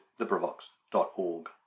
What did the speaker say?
LibriVox.org